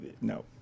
no